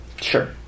Sure